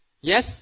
yes